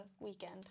weekend